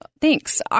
Thanks